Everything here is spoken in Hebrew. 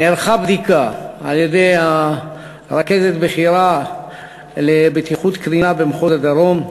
נערכה בדיקה על-ידי רכזת בכירה לבטיחות קרינה במחוז הדרום,